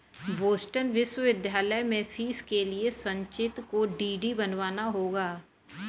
Boston विश्वविद्यालय में fees के लिए संचित को डी.डी बनवाना होगा